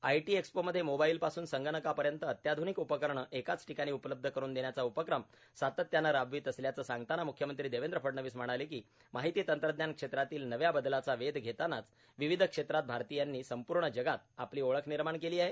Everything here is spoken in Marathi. आयटी एक्सप्रोमध्ये मोबाईलपासून संगणकापर्यंत अत्याध्वनिक उपकरणे एकाच ठिकाणी उपलब्ध करुन देण्याचा उपक्रम सातत्याने राबवित असल्याचे सांगतांना मुख्यमंत्री देवेंद्र फडणवीस म्हणाले की माहिती तंत्रज्ञान क्षेत्रातील नव्या बदलाचा वेध घेतांनाच विविध क्षेत्रात भारतीयांनी संपूर्ण जगात आपली ओळख निर्माण केली आहे